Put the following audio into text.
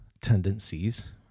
tendencies